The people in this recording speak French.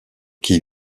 qui